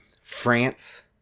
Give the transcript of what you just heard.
France